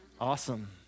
Awesome